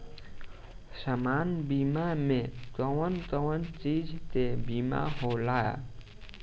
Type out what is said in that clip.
सामान्य बीमा में कवन कवन चीज के बीमा होला?